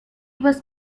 was